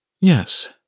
Yes